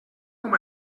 com